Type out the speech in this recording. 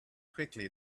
quickly